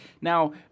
Now